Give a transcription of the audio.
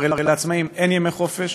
והרי לעצמאים אין ימי חופש.